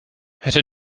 hätte